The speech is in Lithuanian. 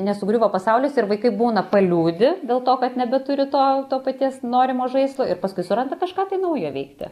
nesugriuvo pasaulis ir vaikai būna paliūdi dėl to kad nebeturi to to paties norimo žaislo ir paskui suranda kažką tai naujo veikti